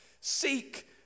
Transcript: seek